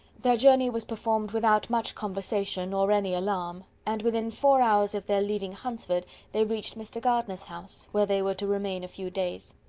their journey was performed without much conversation, or any alarm and within four hours of their leaving hunsford they reached mr. gardiner's house, where they were to remain a few days.